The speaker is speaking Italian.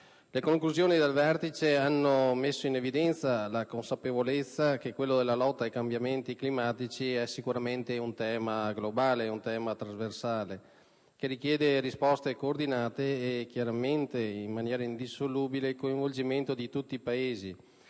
Le conclusioni del vertice hanno messo in evidenza la consapevolezza che quello della lotta ai cambiamenti climatici è un tema globale e trasversale, che richiede risposte coordinate e, in maniera indissolubile, il coinvolgimento di tutti i Paesi,